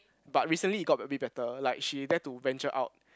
but recently it got a bit a bit better like she dare to venture out